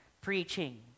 preaching